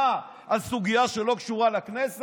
באיזו זכות אתה מדבר בכלל?